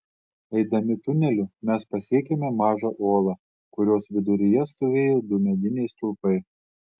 eidami tuneliu mes pasiekėme mažą olą kurios viduryje stovėjo du mediniai stulpai